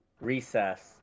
Recess